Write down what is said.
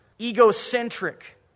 egocentric